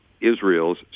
Israel's